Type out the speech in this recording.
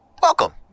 welcome